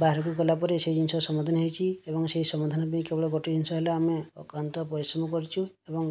ବାହାରକୁ ଗଲାପରେ ସେହି ଜିନିଷ ସମାଧାନ ହେଇଛି ଏବଂ ସେଇ ସମାଧାନ ପାଇଁ ଗୋଟିଏ ଜିନିଷ ହେଲା ଆମେ ଅକ୍ଳାନ୍ତ ପରିଶ୍ରମ କରିଛୁ ଏବଂ